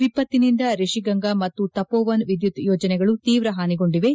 ವಿಪತ್ತಿನಿಂದ ರಿಡಿಗಂಗಾ ಮತ್ತು ತಪೋವನ್ ವಿದ್ಯುತ್ ಯೋಜನೆಗಳು ತೀವ್ರ ಹಾನಿಗೊಂಡಿವೆ